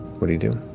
what do you do?